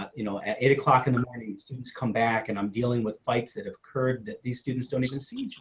you know, at eight o'clock in the morning students come back and i'm dealing with fights that have curved that the students don't even see